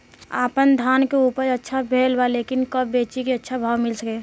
आपनधान के उपज अच्छा भेल बा लेकिन कब बेची कि अच्छा भाव मिल सके?